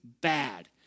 bad